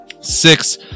six